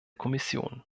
kommission